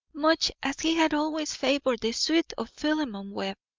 much as he had always favoured the suit of philemon webb,